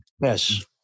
Yes